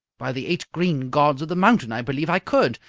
by the eight green gods of the mountain, i believe i could!